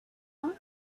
want